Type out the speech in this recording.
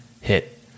hit